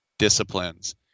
disciplines